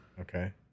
Okay